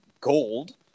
gold